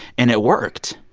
and it worked.